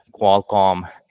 Qualcomm